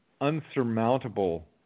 unsurmountable